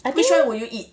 I think